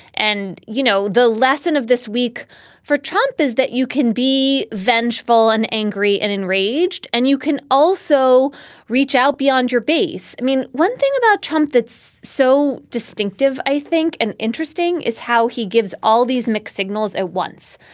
and, you know, the lesson of this week for trump is that you can be vengeful and angry and enraged and you can also reach out beyond your base. i mean, one thing about trump that's so distinctive, i think and interesting is how he gives all these mixed signals at once.